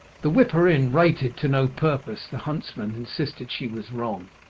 the whipper-in rated to no purpose, the huntsman insisted she was wrong,